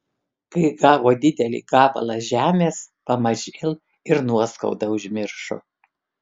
kai gavo didelį gabalą žemės pamažėl ir nuoskaudą užmiršo